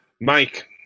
Mike